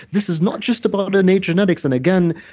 this is not just about innate genetics and again,